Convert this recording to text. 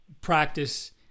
practice